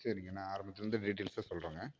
சரிங்க நான் ஆரம்பத்தில் இருந்தே டீடியல்ஸா சொல்கிறேங்க